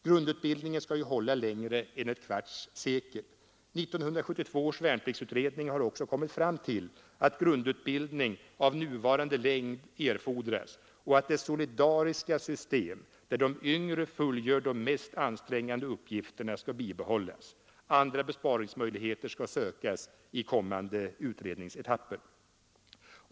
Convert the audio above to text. Grundutbildningen skall ju hålla längre än ett kvarts sekel. 1972 års värnpliktsutredning har också kommit fram till att grundutbildning av nuvarande längd erfordras och att det solidariska system, där de yngre fullgör de mest ansträngande uppgifterna, skall behållas. Andra besparingsmöjligheter skall sökas i kommande utredningsetapper.